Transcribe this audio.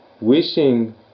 wishing